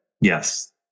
Yes